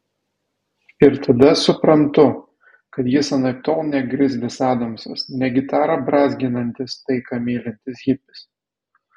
ir tada suprantu kad jis anaiptol ne grizlis adamsas ne gitarą brązginantis taiką mylintis hipis